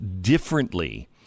differently